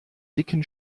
dicken